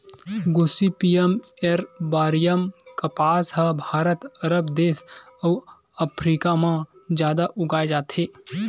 Gossypium arboreum कपसा ह भारत, अरब देस अउ अफ्रीका म जादा उगाए जाथे